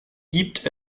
gibt